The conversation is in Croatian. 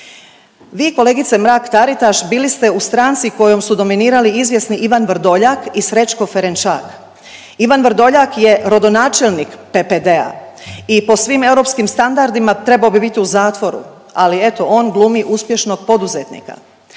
Vi kolegice Mrak-Taritaš bili ste u stranci kojom su dominirali izvjesni Ivan Vrdoljak i Srećko Ferenčak. Ivan Vrdoljak je rodonačelnik PPD-a i po svim europskim standardima trebao bi biti u zatvoru, ali eto on glumi uspješnog poduzetnika.